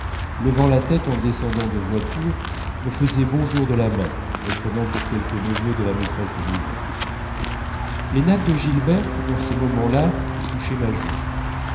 levant la tête en descendant de voiture me faisaient bonjour de la main me prenant pour quelque neveu de la maîtresse de maison les nattes de gilberte dans ces moments-là touchaient ma joue